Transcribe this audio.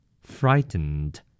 Frightened